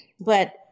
But-